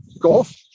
golf